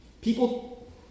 people